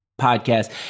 podcast